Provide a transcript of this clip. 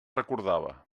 recordava